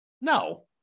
No